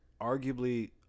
arguably